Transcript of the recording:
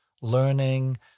learning